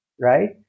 right